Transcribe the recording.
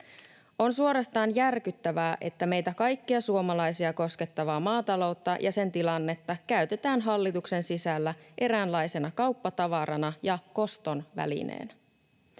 On suorastaan järkyttävää, että meitä kaikkia suomalaisia koskettavaa maataloutta ja sen tilannetta käytetään hallituksen sisällä eräänlaisena kauppatavarana ja koston välineenä.